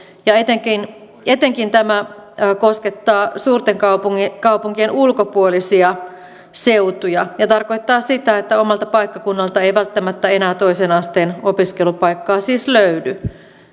ja etenkin etenkin tämä koskettaa suurten kaupunkien kaupunkien ulkopuolisia seutuja ja tarkoittaa sitä että omalta paikkakunnalta ei välttämättä enää toisen asteen opiskelupaikkaa siis löydy